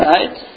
Right